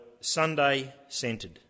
Sunday-centred